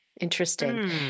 Interesting